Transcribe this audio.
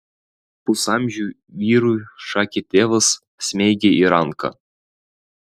pusamžiui vyrui šake tėvas smeigė į ranką